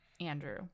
Andrew